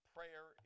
Prayer